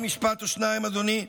עוד משפט או שניים, אדוני.